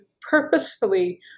purposefully